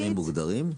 חסמים מוגדרים?